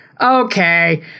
okay